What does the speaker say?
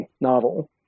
novel